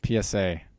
psa